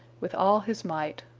with all his might.